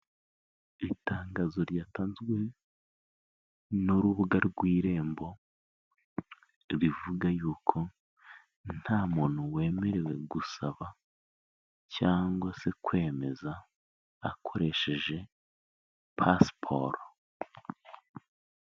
Itangazo ryatanzwe n'urubuga rw'irembo, rivuga y'uko nta muntu wemerewe gusaba cyangwa se kwemeza akoresheje pasiporo.